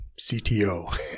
CTO